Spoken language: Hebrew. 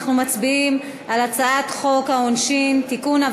אנחנו מצביעים על הצעת חוק העונשין (תיקון,